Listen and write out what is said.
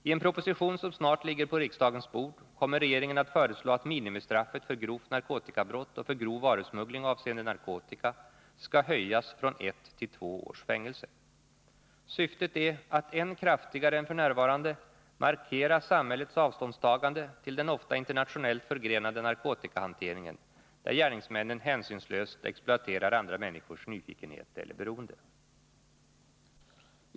I en proposition som snart ligger på riksdagens bord kommer regeringen att föreslå att minimistraffet för grovt narkotikabrott och för grov varusmuggling avseende narkotika skall höjas från ett till två års fängelse. Syftet är att än kraftigare än f. n. markera samhällets avståndstagande till den ofta internationellt förgrenade narkotikahanteringen, där gärningsmännen hänsynslöst exploaterar andra människors nyfikenhet eller beroende.